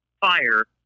fire